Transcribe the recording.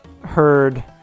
heard